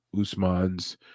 Usman's